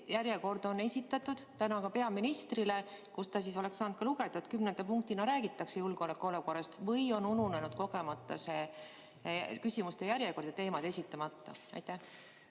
järjekord on esitatud täna ka peaministrile? Siis ta oleks saanud sealt lugeda, et kümnenda punktina räägitakse julgeoleku olukorrast. Või on ununenud kogemata see küsimuste järjekord ja teemad esitamata? Tänan